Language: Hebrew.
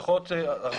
היא יכולה להיות 41